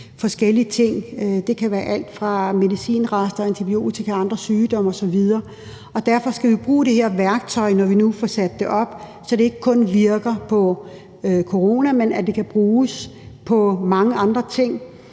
forskellige ting. Det kan være alt fra medicinrester, antibiotika, andre sygdomme osv. Derfor skal vi bruge det her værktøj, når vi nu får sat det op, så det ikke kun virker på corona, men så det kan bruges på mange andre ting,